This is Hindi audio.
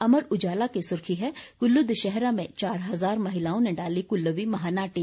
अमर उजाला की सुर्खी है कुल्लू दशहरा में चार हजार महिलाओं ने डाली कुल्लवी महानाटी